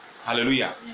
Hallelujah